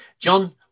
John